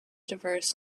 diverse